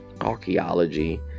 archaeology